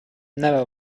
never